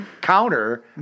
counter